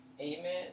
Amen